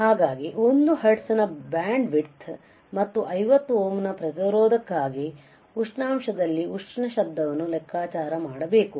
ಹಾಗಾಗಿ 1 ಹರ್ಟ್ಜ್ನ ಬ್ಯಾಂಡ್ವಿಡ್ತ್ ಮತ್ತು 50 ಓಮ್ನ ಪ್ರತಿರೋಧಕ್ಕಾಗಿ ಉಷ್ಣಾಂಶದಲ್ಲಿ ಉಷ್ಣ ಶಬ್ದವನ್ನು ಲೆಕ್ಕಾಚಾರ ಮಾಡಬೇಕು